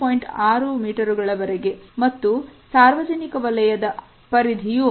6 ಮೀಟರುಗಳ ವರೆಗೆ ಮತ್ತು ಸಾರ್ವಜನಿಕ ವಲಯದ 3